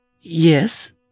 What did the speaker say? Yes